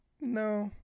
No